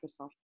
Microsoft